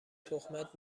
تهمت